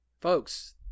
Folks